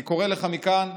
אני קורא לך מכאן: